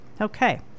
Okay